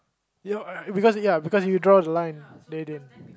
ya I because ya because you draw line then they